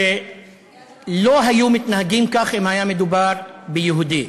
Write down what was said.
שלא היו מתנהגים כך אם היה מדובר ביהודי.